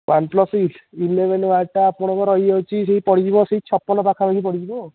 OnePlus six eleven ୱାଟଟା ଆପଣଙ୍କର ରହିଯାଉଛି ସେହି ପଡ଼ିଯିବ ସେହି ଛପନ ପାଖାପାଖି ପଡ଼ିଯିବ